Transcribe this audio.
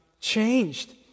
changed